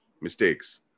Mistakes